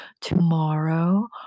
tomorrow